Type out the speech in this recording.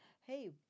hey